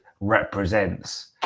represents